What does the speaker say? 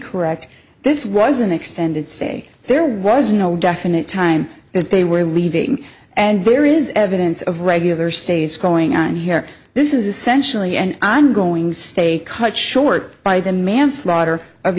correct this was an extended stay there was no definite time that they were leaving and there is evidence of regular stays going on here this is essentially an ongoing stay cut short by the manslaughter of